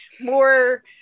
more